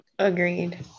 Agreed